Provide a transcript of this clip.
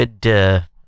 good